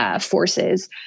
Forces